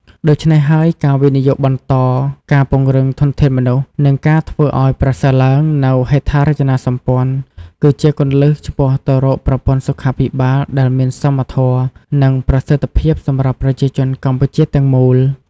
ដូច្នេះហើយ ការវិនិយោគបន្ត ការពង្រឹងធនធានមនុស្ស និងការធ្វើឱ្យប្រសើរឡើងនូវហេដ្ឋារចនាសម្ព័ន្ធ គឺជាគន្លឹះឆ្ពោះទៅរកប្រព័ន្ធសុខាភិបាលដែលមានសមធម៌ និងប្រសិទ្ធភាពសម្រាប់ប្រជាជនកម្ពុជាទាំងមូល។